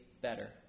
better